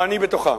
ואני בתוכם.